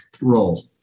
role